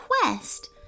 quest